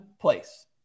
place